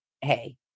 hey